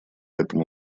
этому